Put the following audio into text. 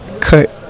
cut